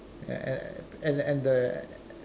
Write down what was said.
and and and and the and and